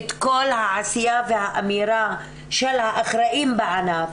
את כל העשייה והאמירה של האחראים בענף,